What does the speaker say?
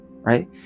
right